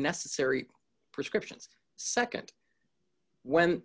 necessary prescriptions nd when